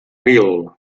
mil